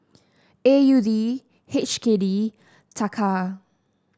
A U D H K D Taka